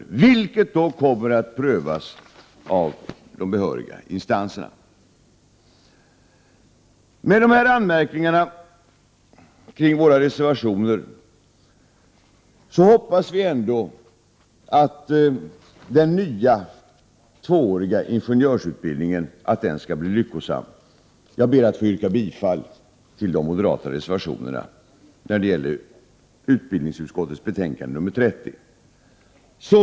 Detta kommer att prövas av de behöriga instanserna. Med dessa anmärkningar kring våra reservationer hoppas vi att den nya tvååriga ingenjörsutbildningen skall bli lyckosam. Jag ber att få yrka bifall till de moderata reservationerna till utbildningsutskottets betänkande nr 30.